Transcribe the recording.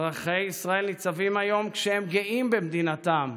אזרחי ישראל ניצבים היום כשהם גאים במדינתם,